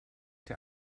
der